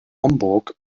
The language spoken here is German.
homburg